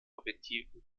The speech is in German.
objektiven